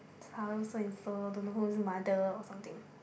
hello so and so don't know whose mother or something